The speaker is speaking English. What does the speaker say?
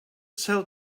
sell